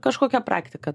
kažkokią praktiką